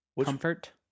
Comfort